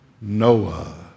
Noah